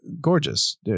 gorgeous